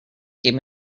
give